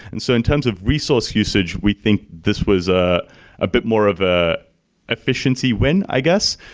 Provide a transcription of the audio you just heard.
and so in terms of resource usage, we think this was a ah bit more of an efficiency win, i guess.